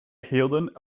hielden